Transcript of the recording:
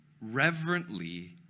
reverently